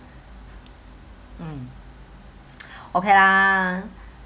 okay lah